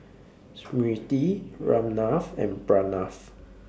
Smriti Ramnath and Pranav